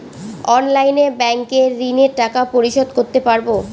অনলাইনে ব্যাংকের ঋণের টাকা পরিশোধ করতে পারবো?